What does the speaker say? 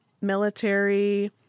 military